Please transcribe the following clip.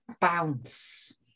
bounce